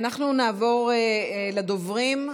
אנחנו נעבור לדוברים.